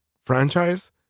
franchise